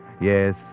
Yes